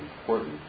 important